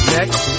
Next